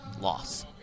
loss